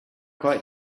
quite